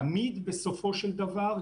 בסופו של דבר,